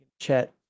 chat